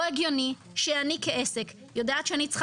לא הגיוני שאני כעסק יודעת שאני צריכה